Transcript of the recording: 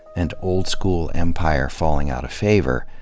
and old-school empire falling out of favor,